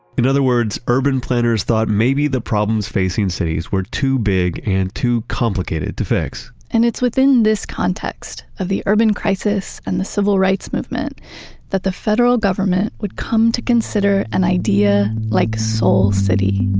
in other words, urban planners thought maybe the problems facing cities were too big and too complicated to fix and it's within this context of the urban crisis and the civil rights movement that the federal government would come to consider an idea like soul city